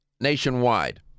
nationwide